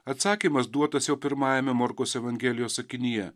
atsakymas duotas jau pirmajame morkaus evangelijos sakinyje